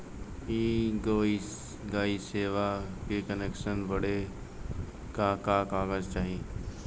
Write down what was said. इ गइसवा के कनेक्सन बड़े का का कागज चाही?